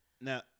Now